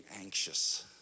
anxious